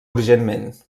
urgentment